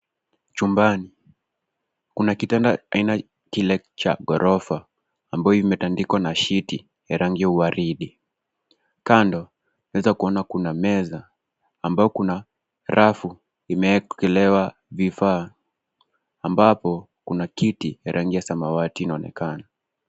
Chumbani kuna kitanda aina kile cha gorofa ambayo imetandikwa na sheet ya rangi ya uwaridi. Kando tunaweza kuona kuna meza ambayo kuna rafu imeekelewa vifaa ambapo kuna kiti ya rangi ya samawati inaonekana.